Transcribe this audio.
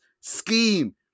scheme